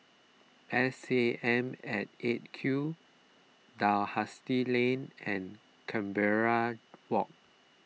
S A M at eight Q Dalhousie Lane and Canberra Walk